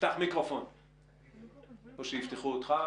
אליך.